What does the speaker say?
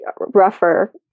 rougher